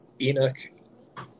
enoch